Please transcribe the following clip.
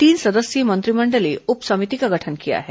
तीन सदस्यीय मंत्रिमंडलीय उप समिति का गठन किया है